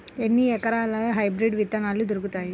ఎన్ని రకాలయిన హైబ్రిడ్ విత్తనాలు దొరుకుతాయి?